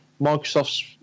Microsoft's